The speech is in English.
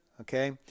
okay